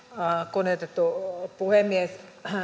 kunnioitettu puhemies